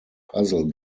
puzzle